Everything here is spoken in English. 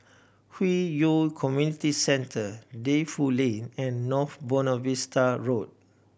Hwi Yoh Community Centre Defu Lane and North Buona Vista Road